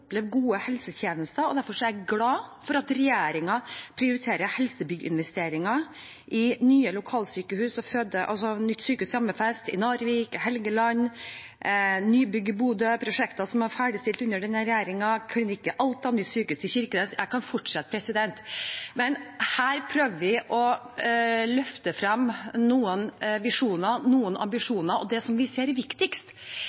gode helsetjenester. Derfor er jeg glad for at regjeringen prioriterer helsebygginvesteringer: nytt sykehus i Hammerfest, i Narvik, på Helgeland, nybygg i Bodø, prosjekter som er ferdigstilt under denne regjeringen, klinikk i Alta, nytt sykehus i Kirkenes – jeg kan fortsette. Her prøver vi å løfte frem noen visjoner, noen